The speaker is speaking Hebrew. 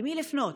למי לפנות?